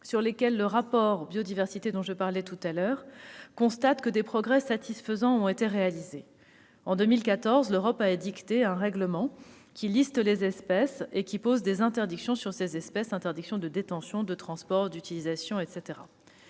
sur lesquels le rapport relatif à la biodiversité dont je parlais constate que des progrès satisfaisants ont été réalisés. En 2014, l'Europe a édicté un règlement qui liste les espèces et qui pose des interdictions sur ces espèces : interdiction de détention, de transport, d'utilisation, etc.